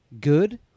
good